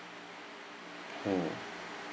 mm